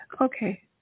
okay